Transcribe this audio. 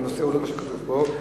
הנושא הוא לא מה שכתוב פה,